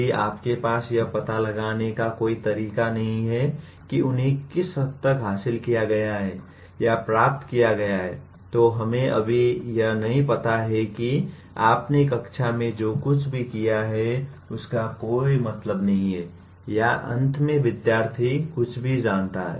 यदि आपके पास यह पता लगाने का कोई तरीका नहीं है कि उन्हें किस हद तक हासिल किया गया है या प्राप्त किया गया है तो हमें अभी यह नहीं पता है कि आपने कक्षा में जो कुछ भी किया है उसका कोई मतलब नहीं है या अंत में विद्यार्थी कुछ भी जानता है